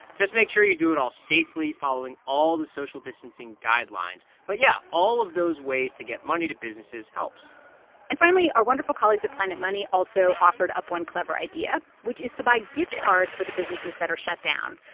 just make sure you do it all safely, following all the social distancing guidelines. but yeah, all of those ways to get money to businesses helps and finally, our wonderful colleagues at planet money also offered up one clever idea, which is to buy gift cards for the businesses that are shut down.